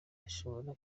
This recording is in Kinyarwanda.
dushoboye